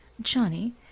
Johnny